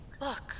Look